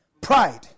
Pride